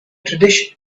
tradition